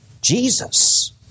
Jesus